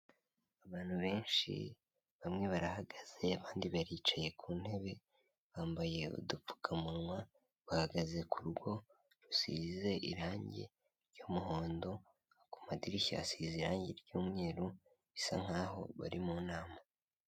Abantu benshi, bamwe barahagaze abandi baricaye ku ntebe, bambaye udupfukamunwa, bahagaze ku rugo rusize irangi ry'umuhondo, ku madirishya hasize irangi ry'umweru, bisa nkaho bari mu nama.